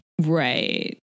right